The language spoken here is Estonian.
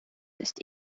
sest